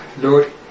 Lord